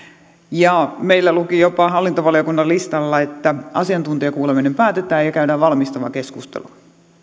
ja meillä luki jopa hallintovaliokunnan listalla että asiantuntijakuuleminen päätetään ja käydään valmistava keskustelu